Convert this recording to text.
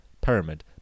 pyramid